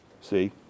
See